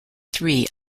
three